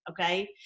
okay